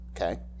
okay